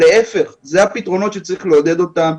להפך, אלה הפתרונות שצריך לעודד אותם.